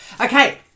Okay